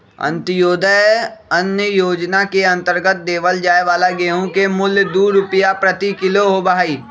अंत्योदय अन्न योजना के अंतर्गत देवल जाये वाला गेहूं के मूल्य दु रुपीया प्रति किलो होबा हई